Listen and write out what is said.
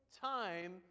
time